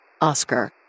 Oscar